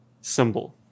symbol